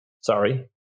Sorry